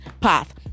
path